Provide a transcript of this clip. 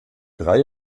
drei